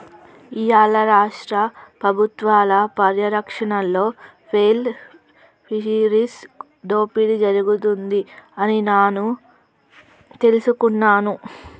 ఇయ్యాల రాష్ట్ర పబుత్వాల పర్యారక్షణలో పేర్ల్ ఫిషరీస్ దోపిడి జరుగుతుంది అని నాను తెలుసుకున్నాను